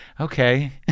okay